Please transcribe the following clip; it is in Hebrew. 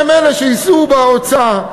הם אלה שיישאו בהוצאה.